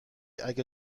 اگه